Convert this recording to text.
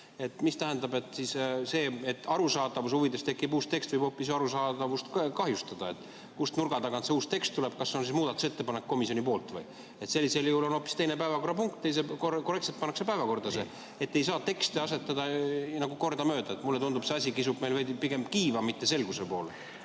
Mis tähendab, et arusaadavuse huvides tekkiv uus tekst võib hoopis arusaadavust kahjustada? Kust nurga tagant see uus tekst tuleb? Kas see on siis muudatusettepanek komisjoni poolt või? Sellisel juhul on hoopis teine päevakorrapunkt, mis korrektselt päevakorda pannakse. Ei saa tekste kordamööda siia asetada. Mulle tundub, et see asi kisub meil pigem kiiva, mitte selguse poole.